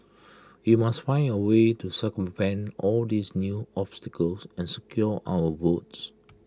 we must find A way to circumvent all these new obstacles and secure our votes